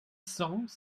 cents